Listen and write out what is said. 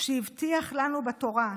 שהבטיח לנו בתורה: